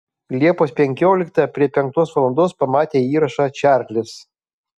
liepos penkioliktą prie penktos valandos pamatė įrašą čarlis